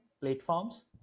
platforms